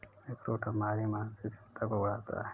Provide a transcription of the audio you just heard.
अखरोट हमारी मानसिक क्षमता को बढ़ाता है